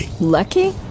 Lucky